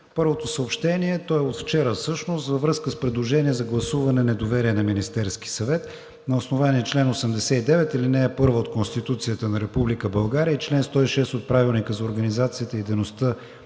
Първото съобщение, то е от вчера всъщност, във връзка с предложение за гласуване недоверие на Министерския съвет. На основание чл. 89, ал. 1 от Конституцията на Република България и чл. 106 от Правилника за организацията и дейността